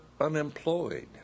unemployed